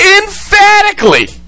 emphatically